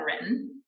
written